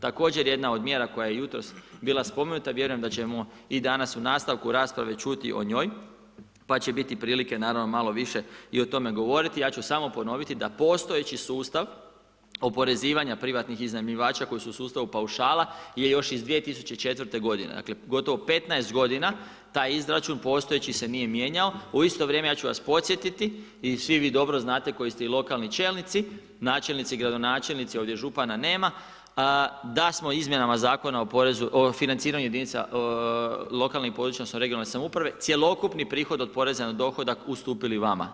Također jedna od mjera koja je jutros bil spomenuta, vjerujem da ćemo i danas u nastavku rasprave čuti o njoj pa će biti prilike naravno malo više i o tome govoriti, ja ću samo ponoviti da postojeći sustav oporezivanja privatnih iznajmljivača koji su u sustavu paušala je još iz 2004. g. Daleko gotovo 15 g. taj izračun postojeći se nije mijenjao, u isto vrijeme ja ću vas podsjetiti i svi vi dobro znate koji ste i lokalni čelnici, načelnici i gradonačelnici, ovdje župana nema, da smo izmjenama Zakona o financiranju jedinica lokalne i područne odnosno regionalne samouprave, cjelokupni prihod od poreza na dohodak ustupili vama.